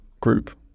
group